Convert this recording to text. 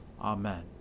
Amen